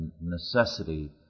necessity